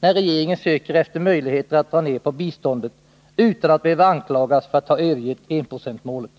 när regeringen söker efter möjligheter att dra ner på biståndet utan att behöva anklagas för att ha övergett enprocentsmålet.